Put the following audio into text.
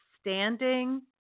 standing